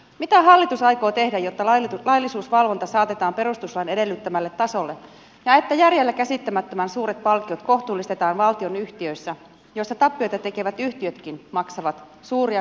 mitä hallitus aikoo tehdä jotta laillisuusvalvonta saatetaan perustuslain edellyttämälle tasolle ja järjelle käsittämättömän suuret palkkiot kohtuullistetaan valtionyhtiöissä joissa tappioita tekevät yhtiötkin maksavat suuria sitouttamispalkkioita